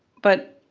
but